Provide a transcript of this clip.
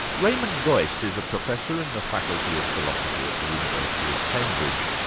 raymond geuss is a professor in the faculty of philosophy at the university of cambridge,